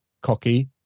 cocky